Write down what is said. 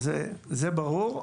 זה ברור.